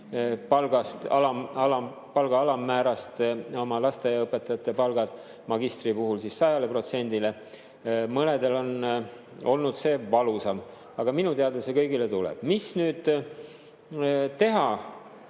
palga alammäärast oma lasteaiaõpetajate palgad, magistri puhul 100%-le, mõnel on olnud see valusam. Aga minu teada see kõigile tuleb. Mis nüüd teha?